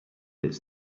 its